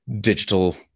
digital